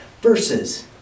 versus